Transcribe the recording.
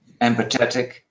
empathetic